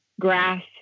grass